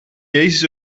jezus